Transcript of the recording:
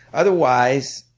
otherwise,